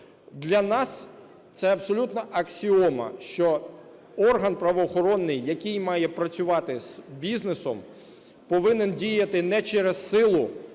Для нас це абсолютна аксіома, що орган правоохоронний, який має працювати з бізнесом, повинен діяти не через силу,